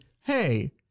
hey